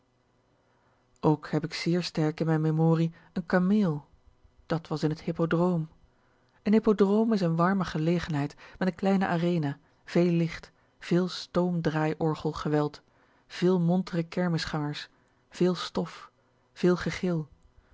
ook heb k zeer sterk in mijn memorie een kameel dat was in het hippodrome een hippodrome is een warme gelegenheid met een klein arena veel licht veel stoom draaiorgel geweld veel montere kermisgangers veel stof veel gegil